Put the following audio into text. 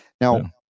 Now